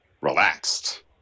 relaxed